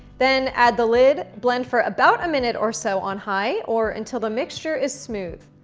then add the lid, blend for about a minute or so on high or until the mixture is smooth.